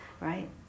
right